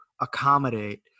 accommodate